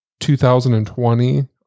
2020